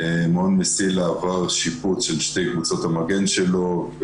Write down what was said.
עבר שיפוץ של שתי קבוצות המגן שלו.